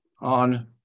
on